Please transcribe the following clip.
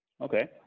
Okay